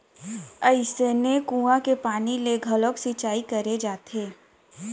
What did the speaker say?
अइसने कुँआ के पानी ले घलोक सिंचई करे जाथे